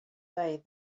day